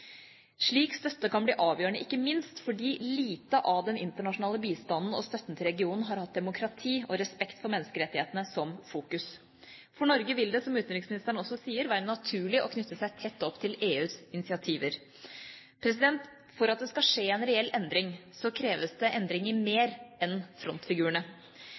slik støtte kan bli avgjørende, ikke minst fordi lite av den internasjonale bistanden og støtten til regionen har hatt demokrati og respekt for menneskerettighetene som fokus. For Norge vil det, som utenriksministeren også sier, være naturlig å knytte seg tett opp til EUs initiativer. For at det skal skje en reell endring, kreves det endring i mer enn frontfigurene.